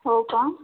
हो का